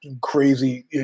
crazy